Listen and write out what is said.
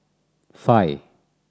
five